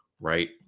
right